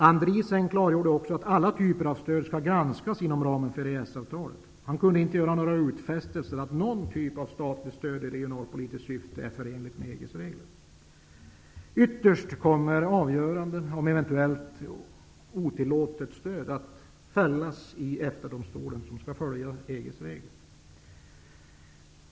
Andriessen klargjorde också att alla typer av stöd skall granskas inom ramen för EES-avtalet. Han kunde inte göra några utfästelser om vilken typ av statligt stöd givet i regionalpolitiskt syfte som är förenligt med EG:s regler. Ytterst kommer avgöranden om eventuellt otillåtet stöd att fällas i EFTA-domstolen, som har att följa EG:s regler.